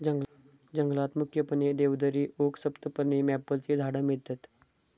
जंगलात मुख्यपणे देवदारी, ओक, सप्तपर्णी, मॅपलची झाडा मिळतत